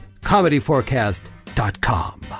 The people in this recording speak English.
comedyforecast.com